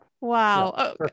Wow